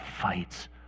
fights